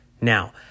Now